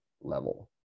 level